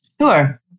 Sure